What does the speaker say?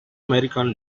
american